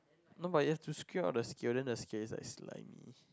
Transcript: no but you have to secure the scale the scale is like slimey